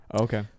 okay